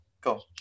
go